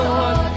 Lord